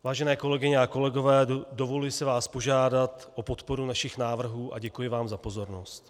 Vážené kolegyně a kolegové, dovoluji si vás požádat o podporu našich návrhů a děkuji vám za pozornost.